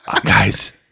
Guys